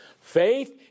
Faith